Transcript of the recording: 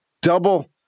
double